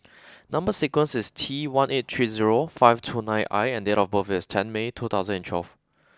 number sequence is T one eight three zero five two nine I and date of birth is ten May two thousand and twelve